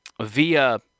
via